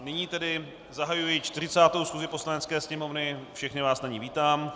Nyní tedy zahajuji 40. schůzi Poslanecké sněmovny, všechny vás na ní vítám.